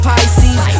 Pisces